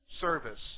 service